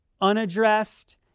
unaddressed